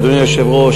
אדוני היושב-ראש,